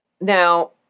Now